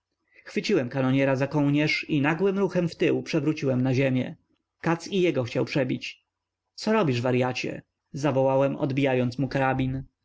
kanoniera za kołnierz i nagłym ruchem wtył przewróciłem na ziemię katz i jego chciał przebić co robisz waryacie zawołałem odbijając mu